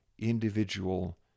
individual